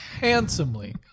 Handsomely